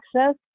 access